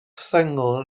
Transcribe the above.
sengl